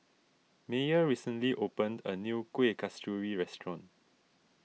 Meyer recently opened a new Kuih Kasturi restaurant